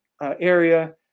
area